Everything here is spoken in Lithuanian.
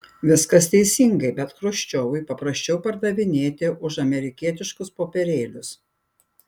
viskas teisingai bet chruščiovui paprasčiau pardavinėti už amerikietiškus popierėlius